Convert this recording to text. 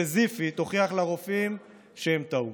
סיזיפית, הוכיח לרופאים שהם טעו.